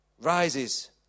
rises